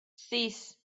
sis